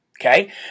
okay